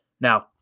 Now